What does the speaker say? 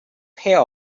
pair